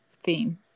theme